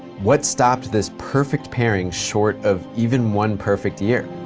what stopped this perfect pairing short of even one perfect year?